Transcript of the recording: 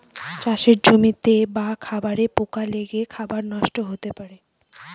চাষের জমিতে বা খাবারে পোকা লেগে খাবার নষ্ট হতে পারে